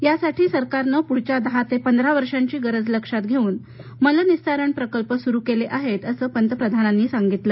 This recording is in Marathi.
यासाठी सरकारनं पुढच्या दहा ते पंधरा वर्षांची गरज लक्षात घेऊन मलनिःसारण प्रकल्प सुरू केले आहेत असं पंतप्रधानांनी सांगितलं